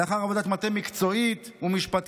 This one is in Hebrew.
לאחר עבודת מטה מקצועית ומשפטית,